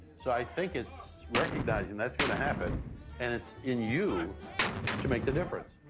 so i think it's recognizing that's gonna happen and it's in you to make the difference.